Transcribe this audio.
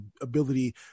ability